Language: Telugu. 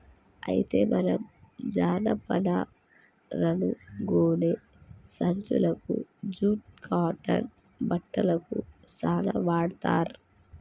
అయితే మనం జనపనారను గోనే సంచులకు జూట్ కాటన్ బట్టలకు సాన వాడ్తర్